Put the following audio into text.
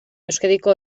euskadiko